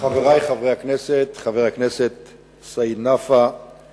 חברי חברי הכנסת, חבר הכנסת סעיד נפאע,